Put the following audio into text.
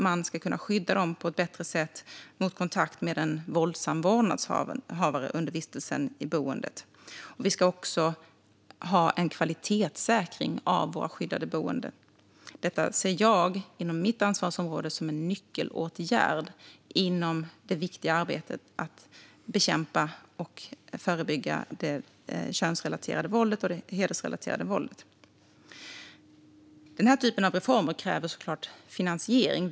Man ska kunna skydda dem på ett bättre sätt mot kontakt med en våldsam vårdnadshavare under vistelsen på boendet. Vi ska också ha en kvalitetssäkring av våra skyddade boenden. Inom mitt ansvarområde ser jag detta som en nyckelåtgärd i det viktiga arbetet med att bekämpa och förebygga det könsrelaterade våldet och det hedersrelaterade våldet. Den här typen av reformer kräver såklart finansiering.